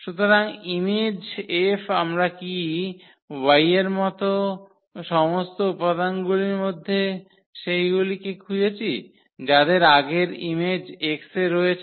সুতরাং image F আমরা কী Y এর সমস্ত উপাদানগুলির মধ্যে সেইগুলিকে খুজঁছি যাদের আগের ইমেজ X এ রয়েছে